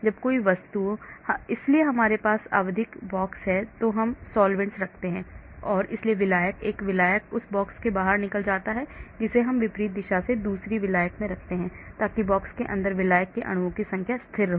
जब कोई वस्तु इसलिए हमारे पास आवधिक बॉक्स है और हम सॉल्वैंट्स रखते हैं इसलिए विलायक एक विलायक उस बॉक्स से बाहर निकल जाता है जिसे हम विपरीत दिशा से दूसरे विलायक में रखते हैं ताकि बॉक्स के अंदर विलायक के अणुओं की संख्या स्थिर हो